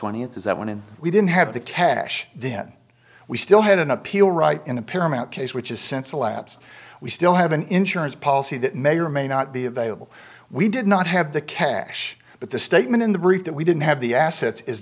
twentieth is that when we didn't have the cash then we still had an appeal right in the paramount case which is since a lapse we still have an insurance policy that may or may not be available we did not have the cash but the statement in the brief that we didn't have the assets is